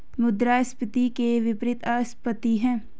मुद्रास्फीति के विपरीत अपस्फीति है